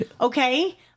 Okay